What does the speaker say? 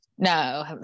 No